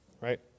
right